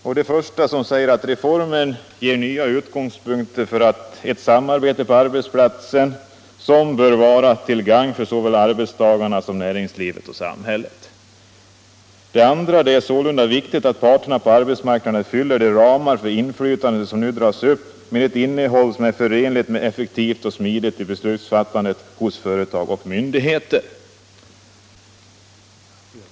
I det första heter det: ”Reformen ger nya utgångspunkter för ett samarbete på arbetsplatserna som bör vara till gagn för såväl arbetstagarna som näringslivet och samhället.” I det andra står det: ”Det är sålunda viktigt att parterna på arbetsmarknaden fyller de ramar för inflytande som nu dras upp med ett innehåll som är förenligt med effektivitet och smidighet i beslutsfattandet hos företag och myndigheter.